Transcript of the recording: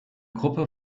gruppe